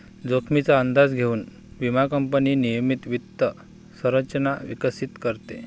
जोखमीचा अंदाज घेऊन विमा कंपनी नियमित वित्त संरचना विकसित करते